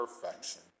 perfection